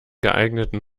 geeigneten